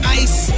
ice